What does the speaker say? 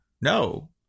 No